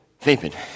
vapid